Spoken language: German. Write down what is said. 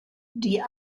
die